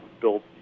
built